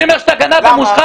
אני אומר שאתה גנב ומושחת.